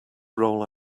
roll